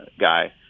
guy